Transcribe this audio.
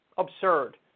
absurd